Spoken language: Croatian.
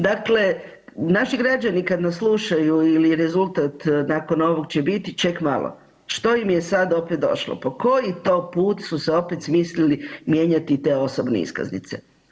Dakle, naši građani kad nas slušaju ili rezultat nakon ovog će biti, ček malo, što im je sad opet došlo, po koji to put su se opet smislili mijenjati te osobne iskaznice?